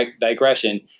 digression